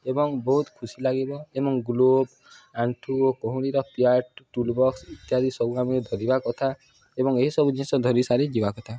ଏବଂ ବହୁତ ଖୁସି ଲାଗିବ ଏବଂ ଗ୍ଲୋଭ୍ ଆଣ୍ଠୁ କହୁଁଣିର ପ୍ୟାଡ଼୍ ଟୁଲବକ୍ସ ଇତ୍ୟାଦି ସବୁ ଆମେ ଧରିବା କଥା ଏବଂ ଏହିସବୁ ଜିନିଷ ଧରି ସାରି ଯିବା କଥା